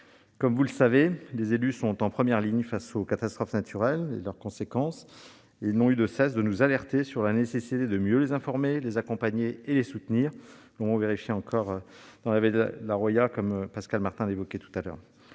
Comme vous le savez, les élus sont en première ligne face aux catastrophes naturelles et à leurs conséquences. Ils n'ont eu de cesse de nous alerter sur la nécessité de mieux les informer, les accompagner et les soutenir- cela s'est vérifié dans la vallée de la Roya, comme l'a mentionné Pascal Martin. Je ne